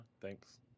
Thanks